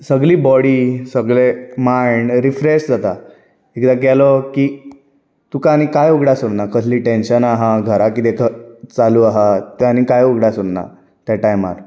सगली बॉडी सगलें mind refresh जाता एकदां गेलो की तुका आनी कांय उगडास उरना कहलीं टॅन्शनां आहा घरां कितें चालू आहा तें आनी कांय उगडास उरना त्या टायमार